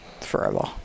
forever